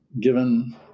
given